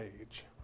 age